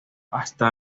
hasta